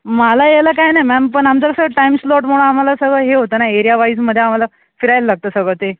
मला यायला काही नाही मॅम पण आमचं कसं टाईम स्लॉटमुळं आम्हाला सगळं हे होतं नाही एरिया वाईजमध्ये आम्हाला फिरायला लागतं सगळं ते